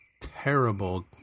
terrible